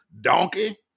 donkey